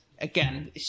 Again